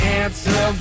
answer